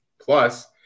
Plus